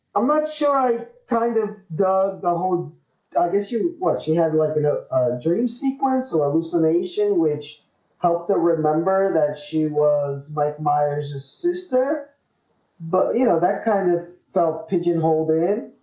i'm not sure i kind of dug the hole i guess you what she had like in a dream sequence or elucidation which helped her remember that she was mike myers's sister but you know that kind of felt pigeonhole did